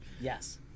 Yes